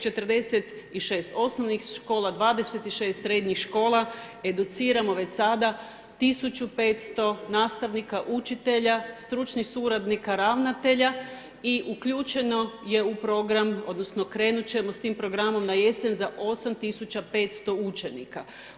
46 osnovnih škola, 26 srednjih škola educiramo već sada, 1500 nastavnika, učitelja, stručnih suradnika, ravnatelja i uključeno je u program, odnosno krenut ćemo s tim programom na jesen za 8500 učenika.